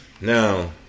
Now